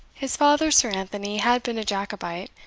his father, sir anthony, had been a jacobite,